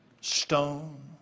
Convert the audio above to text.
stone